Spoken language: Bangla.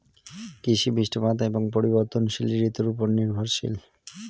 কৃষি বৃষ্টিপাত এবং পরিবর্তনশীল ঋতুর উপর নির্ভরশীল